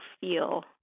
feel